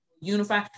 unify